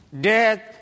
death